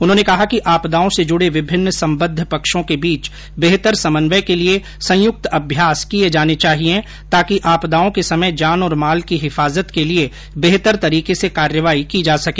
उन्होंने कहा कि आपदाओं से जुड़े विभिन्न संबद्ध पक्षों के बीच बेहतर समन्वय के लिए संयुक्त अभ्यास किये जाने चाहिए ताकि आपदाओं के समय जान और माल की हिफाजत के लिए बेहतर तरीके से कार्रवाई की जा सके